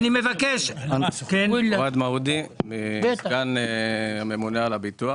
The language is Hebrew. סגן הממונה על הביטוח.